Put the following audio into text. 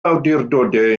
awdurdodau